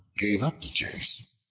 gave up the chase.